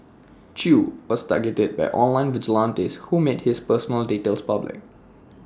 chew was targeted by online vigilantes who made his personal details public